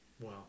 Wow